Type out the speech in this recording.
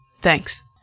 Thanks